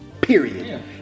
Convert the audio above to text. Period